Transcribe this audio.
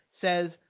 says –